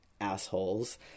assholes